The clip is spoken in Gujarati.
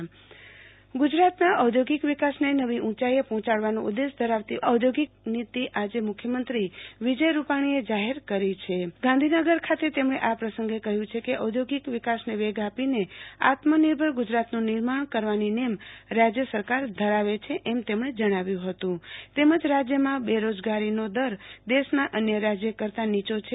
આરતી ભદ્દ ઔધોગિક નીતિ મુ ખ્યમંત્રી ગુજરાતના ઔધોગિક વિકાસને નવી ઉંચાઈ પર્જોચાડવાનો ઉદેશ ધરાવતી ઔધોગિક નીતિ આજે મુખ્યમંત્રી વિજય રૂપાણીએ જાહેર કરી છે ગાંધીનગર ખાતે તેમણે આ પ્રસંગે કહ્યુ છે કે ઔધોગિક વિકાસને વેગ આપીને આત્મનિર્ભર ગુજરાતનું નિર્માણ કરવાની નેમ રાજય સરકાર ધરાવે છે એમ જણાવ્યુ હતું તેમજ રાજ્યમાં બેરોજગારીનો દર દેશના અન્ય રાજ્ય કરતા નીચો છે